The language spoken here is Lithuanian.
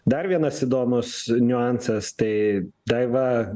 dar vienas įdomus niuansas tai daiva